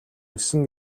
ирсэн